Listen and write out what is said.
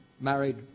married